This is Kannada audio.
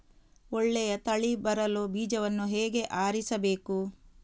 ಒಳ್ಳೆಯ ತಳಿ ಬರಲು ಬೀಜವನ್ನು ಹೇಗೆ ಆರಿಸಬೇಕು?